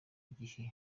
gihe